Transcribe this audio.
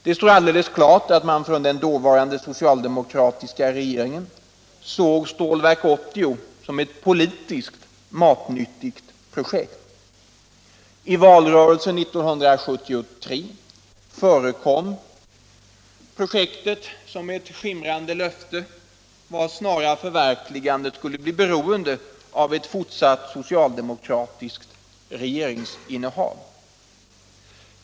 Det står alldeles klart att den dåvarande socialdemokratiska regeringen såg Stålverk 80 som ett politiskt matnyttigt projekt. I valrörelsen 1973 förekom projektet som ett skimrande löfte, vars snara förverkligande skulle bli beroende av ett fortsatt socialdemokratiskt regeringsinnehav.